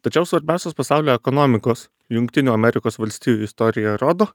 tačiau svarbiausios pasaulio ekonomikos jungtinių amerikos valstijų istorija rodo